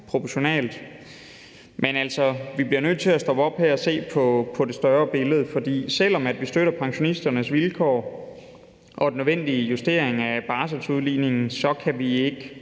Men vi bliver nødt til at stoppe op her og se på det større billede, for selv om vi støtter pensionisternes vilkår og den nødvendige justering af barselsudligningen, kan vi ikke